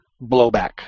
blowback